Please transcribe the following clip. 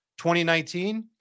2019